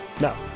No